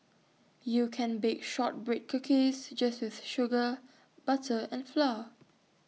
you can bake Shortbread Cookies just with sugar butter and flour